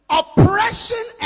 oppression